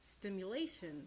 stimulation